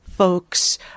folks